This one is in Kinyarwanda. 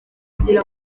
kugira